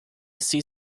sea